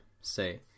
Say